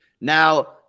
now